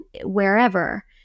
wherever